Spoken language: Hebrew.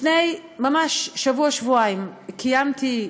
לפני ממש שבוע-שבועיים, קיימתי,